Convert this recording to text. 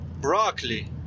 broccoli